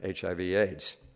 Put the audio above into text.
HIV-AIDS